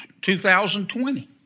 2020